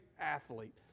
athlete